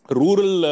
rural